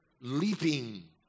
leaping